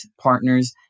partners